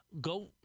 go